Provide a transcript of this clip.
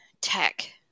tech